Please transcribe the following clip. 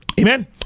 amen